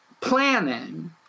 planning